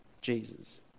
Jesus